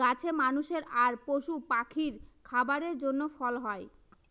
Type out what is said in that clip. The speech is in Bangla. গাছে মানুষের আর পশু পাখির খাবারের জন্য ফল হয়